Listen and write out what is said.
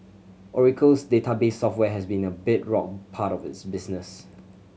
oracle's database software has long been a bedrock part of its business